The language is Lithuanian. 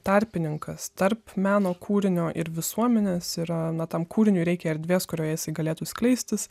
tarpininkas tarp meno kūrinio ir visuomenės yra na tam kūriniui reikia erdvės kurioj jisai galėtų skleistis